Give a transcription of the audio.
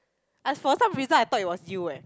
ah for some reason I thought it was you eh